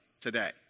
today